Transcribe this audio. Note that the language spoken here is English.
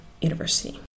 University